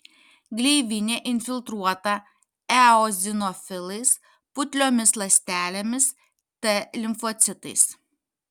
gleivinė infiltruota eozinofilais putliomis ląstelėmis t limfocitais